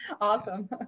Awesome